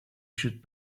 should